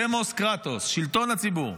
דמוס קרטוס, שלטון הציבור.